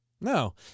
No